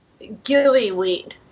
Gillyweed